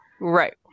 Right